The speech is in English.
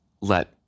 let